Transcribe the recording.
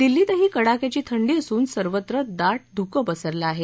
दिल्लीतही कडाक्याची थंडी असून सर्वत्र दा धुकं पसरलं आहे